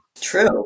True